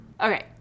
Okay